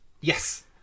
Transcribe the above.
yes